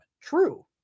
True